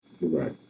Right